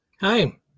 Hi